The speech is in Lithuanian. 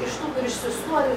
iš tų kur ištestuoja